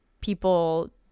people